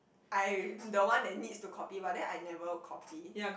I the one that needs to copy but then I never copy